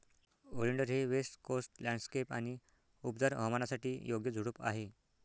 oleander हे west coast landscape आणि उबदार हवामानासाठी योग्य झुडूप आहे